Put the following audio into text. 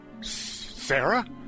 Sarah